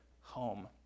home